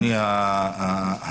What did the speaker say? תודה, אדוני היושב-ראש,